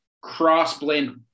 cross-blend